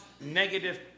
negative